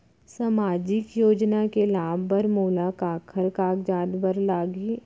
सामाजिक योजना के लाभ बर मोला काखर कागजात बर लागही?